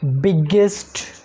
biggest